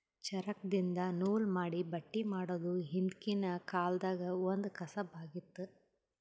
ಚರಕ್ದಿನ್ದ ನೂಲ್ ಮಾಡಿ ಬಟ್ಟಿ ಮಾಡೋದ್ ಹಿಂದ್ಕಿನ ಕಾಲ್ದಗ್ ಒಂದ್ ಕಸಬ್ ಆಗಿತ್ತ್